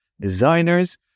designers